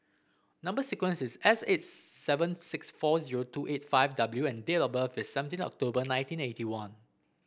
number sequence is S eight seven six four zero two eight five W and date of birth is seventeen October nineteen eighty one